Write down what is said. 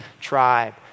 tribe